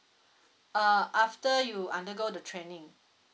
uh after you undergo the training